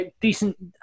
decent